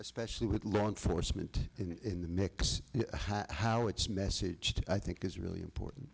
especially with law enforcement in the mix and how it's message i think is really important